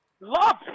Love